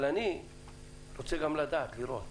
אבל אני רוצה גם לדעת, לראות.